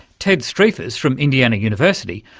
ted striphas, from indiana university,